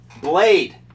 Blade